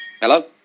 Hello